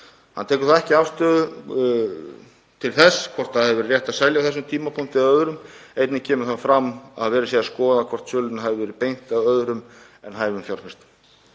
Hann tekur þó ekki afstöðu til þess hvort það hafi verið rétt að selja á þessum tímapunkti eða öðrum. Einnig kemur fram að verið sé að skoða hvort sölunni hafi verið beint að öðrum en hæfum fjárfestum.